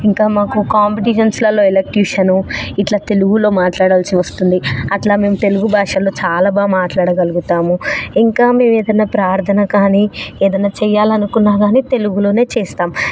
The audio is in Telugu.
ఇంకా మాకు కాపిటిషన్స్లలో ఎలెక్టుషను ఇట్లా తెలుగులో మాట్లాడాల్సి వస్తుంది అట్లా మేము తెలుగు భాషలో చాల బాగా మాట్లాడగలుగుతాము ఇంకా మేము ఏదైనా ప్రార్థన కానీ ఏదన్నా చెయ్యాలనుకున్నా కాని తెలుగు లోనే చేస్తాము